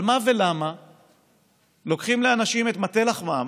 על מה ולמה לוקחים לאנשים את מטה לחמם,